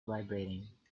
vibrating